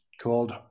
called